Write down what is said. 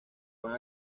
van